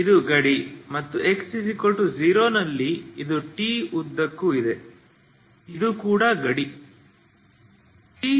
ಇದು ಗಡಿ ಮತ್ತು x0 ನಲ್ಲಿ ಇದು t ಉದ್ದಕ್ಕೂ ಇದೆ ಇದು ಕೂಡ ಗಡಿ